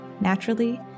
Naturally